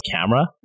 camera